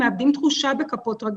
מה אפשר,